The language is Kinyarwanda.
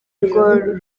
rwo